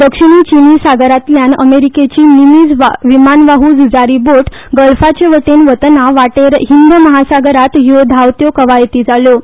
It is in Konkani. दक्षिणी चीनी सागरातल्यान अमेरिकेची निमिज विमानवाह् झुंजारी बोट गल्फाचे वटेन वतनां वाटेर हिंद म्हासागरात ह्यो धावत्यो नौदळ कवायती जाल्यो